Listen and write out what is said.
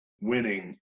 winning